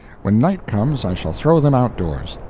when night comes i shall throw them outdoors.